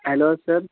hello sir